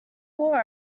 wore